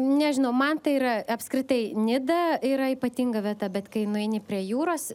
nežinau man tai yra apskritai nida yra ypatinga vieta bet kai nueini prie jūros